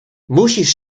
musisz